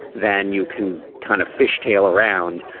then you can kind of fishtail around,